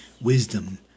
Wisdom